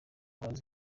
bazi